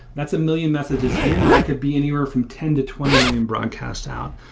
that's a million messages in that could be anywhere from ten to twenty million broadcasts out.